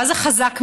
מה זה "חזק ממנו"?